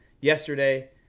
yesterday